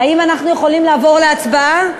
האם אנחנו יכולים לעבור להצבעה?